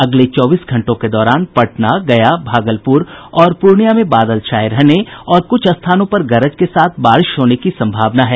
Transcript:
अगले चौबीस घंटों के दौरान पटना गया भागलपुर और पूर्णियां में बादल छाये रहने और कुछ स्थानों पर गरज के साथ बारिश होने की संभावना है